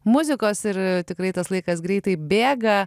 muzikos ir tikrai tas laikas greitai bėga